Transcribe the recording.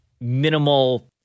minimal